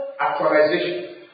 actualization